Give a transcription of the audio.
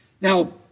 Now